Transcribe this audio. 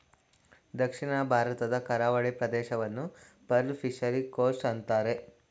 ದಕ್ಷಿಣ ಭಾರತದ ಕರಾವಳಿ ಪ್ರದೇಶವನ್ನು ಪರ್ಲ್ ಫಿಷರಿ ಕೋಸ್ಟ್ ಅಂತರೆ